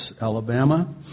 Alabama